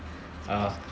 uh